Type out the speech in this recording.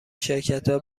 شرکتا